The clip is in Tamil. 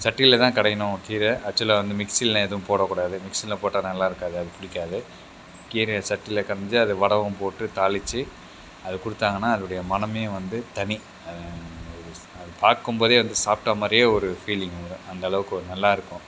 சட்டியில்தான் கடையணும் கீரை ஆக்சுவலாக வந்து மிக்சிலலாம் எதுவும் போடக்கூடாது மிக்சியில் போட்டால் நல்லாயிருக்காது அது பிடிக்காது கீரையை சட்டியில் கடைஞ்சு அதில் வடகம் போட்டு தாளித்து அதை கொடுத்தாங்கனா அதோடைய மணமே வந்து தனி ஒரு அது பார்க்கும் போதே வந்து சாப்பிட்ட மாதிரியே ஒரு ஃபீலிங் வரும் அந்தளவுக்கு ஒரு நல்லாயிருக்கும்